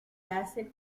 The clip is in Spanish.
hace